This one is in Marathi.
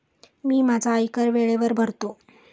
मी माझा आयकर वेळेवर भरतो